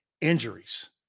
injuries